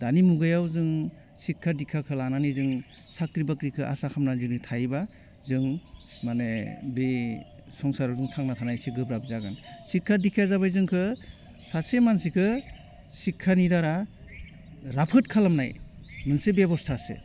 दानि मुगायाव जों सिख्खा दिख्खाखौ लानानै जों साख्रि बाख्रिखौ आसा खालामना जुदि थायोबा जों माने बे संसाराव जों थांना थानाय एसे गोब्राब जागोन सिख्खा दिख्खाया जाबाय जोंखौ सासे मानसिखौ सिख्खानि दारा राफोद खालामनाय मोनसे बेब'स्थासो